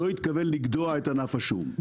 לא התכוון לגדוע את ענף השום.